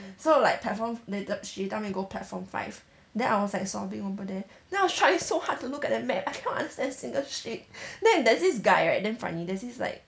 so like platform the the she tell me to go platform five then I was like sobbing over there then I was trying so hard to look at the map I cannot understand a single shit then there's this guy right damn funny there's this like